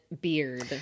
beard